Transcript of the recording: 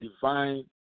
divine